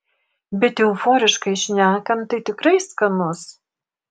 bet euforiškai šnekant tai tikrai skanus